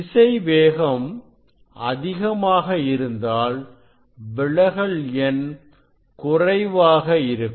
திசை வேகம் அதிகமாக இருந்தால் விலகல் எண் குறைவாக இருக்கும்